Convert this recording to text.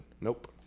Nope